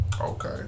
Okay